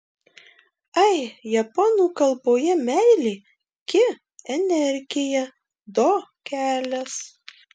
ai japonų kalboje meilė ki energija do kelias